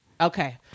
Okay